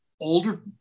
older